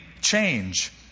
change